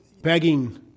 begging